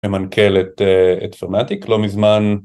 ממנכל את SOMATIC לא מזמן